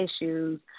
issues